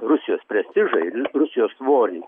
rusijos prestižą ir ru rusijos svorį